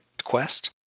quest